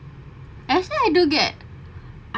as I said I do get